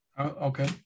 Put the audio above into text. Okay